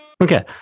Okay